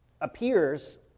appears